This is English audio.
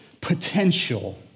potential